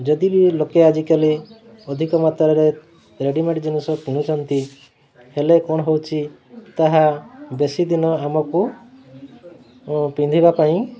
ଯଦିବି ଲୋକେ ଆଜିକାଲି ଅଧିକ ମାତ୍ରାରେ ରେଡ଼ିମେଡ଼୍ ଜିନିଷ ପିନ୍ଧୁଛନ୍ତି ହେଲେ କ'ଣ ହେଉଛି ତାହା ବେଶୀ ଦିନ ଆମକୁ ପିନ୍ଧିବା ପାଇଁ